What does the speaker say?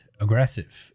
aggressive